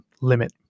limit